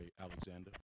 Alexander